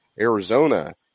Arizona